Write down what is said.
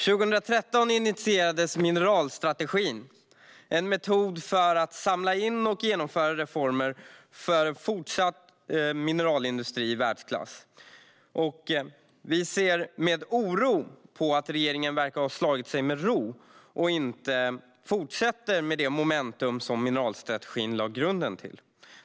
År 2013 initierades mineralstrategin, en metod för att samla in och genomföra reformer för en fortsatt mineralindustri i världsklass. Vi ser med oro på att regeringen verkar ha slagit sig till ro och inte fortsätter med det momentum som mineralstrategin lade grunden till.